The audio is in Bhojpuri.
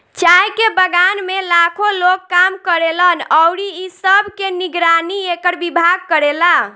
चाय के बगान में लाखो लोग काम करेलन अउरी इ सब के निगरानी एकर विभाग करेला